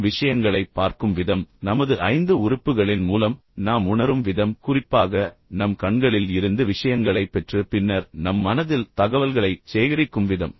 நாம் விஷயங்களைப் பார்க்கும் விதம் நமது ஐந்து உறுப்புகளின் மூலம் நாம் உணரும் விதம் குறிப்பாக நம் கண்களில் இருந்து விஷயங்களைப் பெற்று பின்னர் நம் மனதில் தகவல்களைச் சேகரிக்கும் விதம்